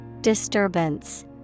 Disturbance